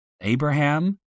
Abraham